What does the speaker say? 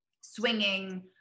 swinging